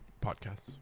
podcasts